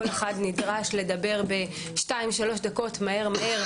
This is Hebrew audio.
כל אחד נדרש לדבר שתיים שלוש דקות מהר-מהר,